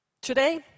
today